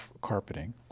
carpeting